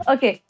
Okay